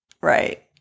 right